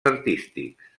artístics